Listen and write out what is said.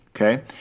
okay